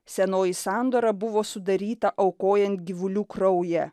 senoji sandora buvo sudaryta aukojant gyvulių kraują